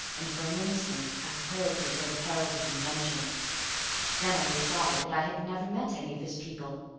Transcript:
and for an instant i quailed before the perils of invention then i replied that i had never met any of his people,